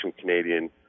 Canadian